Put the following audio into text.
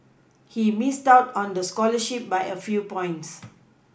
he Missed out on the scholarship by a few points